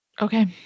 Okay